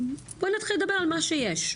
בוא נתחיל לדבר על מה שיש,